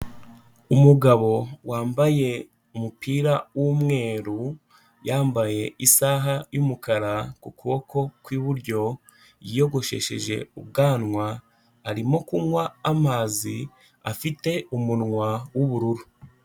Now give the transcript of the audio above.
Umugabo wambaye umupira w'umweru yambaye isaha y'umukara ku kuboko kw'iburyo, yiyogoshesheje ubwanwa arimo kunywa amazi afite umunwa w'ubururu.